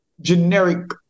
generic